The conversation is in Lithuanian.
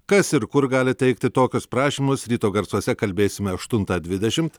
kas ir kur gali teikti tokius prašymus ryto garsuose kalbėsime aštuntą dvidešimt